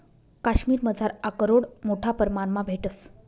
काश्मिरमझार आकरोड मोठा परमाणमा भेटंस